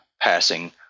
passing